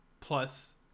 plus